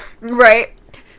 Right